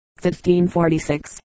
1546